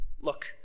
Look